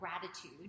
gratitude